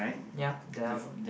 ya there are bucket